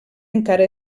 encara